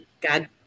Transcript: God